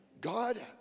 God